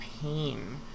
pain